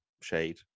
shade